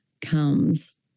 comes